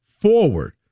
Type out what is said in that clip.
forward